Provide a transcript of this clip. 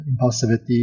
impulsivity